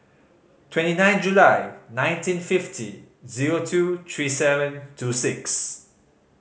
twenty nine July nineteen fifty zero two three seven two six